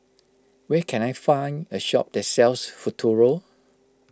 where can I find a shop that sells Futuro